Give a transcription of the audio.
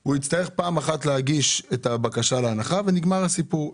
הוא יצטרך פעם אחת להגיש את הבקשה להנחה ונגמר הסיפור.